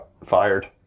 fired